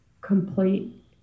complete